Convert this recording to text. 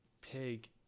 pig